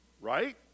Right